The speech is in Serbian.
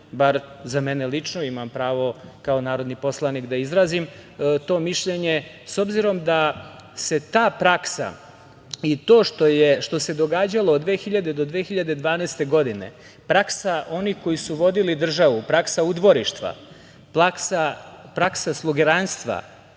bar za mene lično, imam pravo kao narodni poslanik da izrazim to mišljenje, s obzirom da se ta praksa i to što se događalo od 2000. do 2012. godine, praksa onih koji su vodili državu, praksa udvorištva, praksa slugeranstva,